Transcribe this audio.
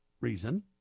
reason